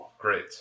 Great